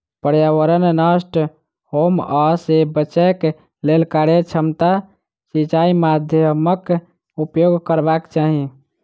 पर्यावरण नष्ट होमअ सॅ बचैक लेल कार्यक्षमता सिचाई माध्यमक उपयोग करबाक चाही